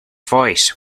voice